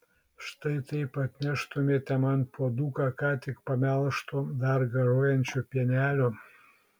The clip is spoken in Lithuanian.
štai taip atneštumėte man puoduką ką tik pamelžto dar garuojančio pienelio